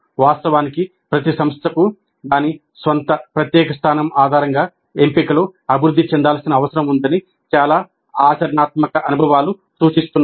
వాస్తవానికి ప్రతి సంస్థకు దాని స్వంత ప్రత్యేక స్థానం ఆధారంగా ఎంపికలు అభివృద్ధి చెందాల్సిన అవసరం ఉందని చాలా ఆచరణాత్మక అనుభవాలు సూచిస్తున్నాయి